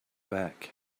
back